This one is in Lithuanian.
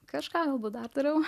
kažką galbūt dar dariau